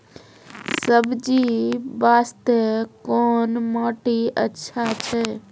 सब्जी बास्ते कोन माटी अचछा छै?